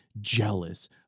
jealous